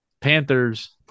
Panthers